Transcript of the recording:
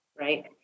right